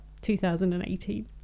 2018